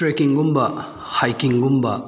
ꯇ꯭ꯔꯦꯛꯀꯤꯡꯒꯨꯝꯕ ꯍꯥꯏꯛꯀꯤꯡꯒꯨꯝꯕ